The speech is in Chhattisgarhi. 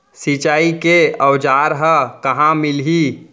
सिंचाई के औज़ार हा कहाँ मिलही?